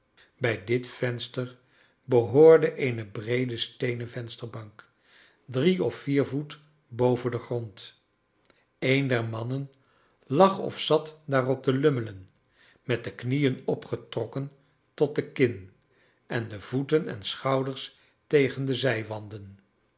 brj dit venster behoorde een breede steenen vensterbank drie of vier voet boven den grond een der mamien lag of zat daarop te lummelen met de knieen opgetrokken tot de kin en de voeten en schouders tegen de zijwanden